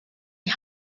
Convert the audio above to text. die